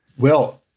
well,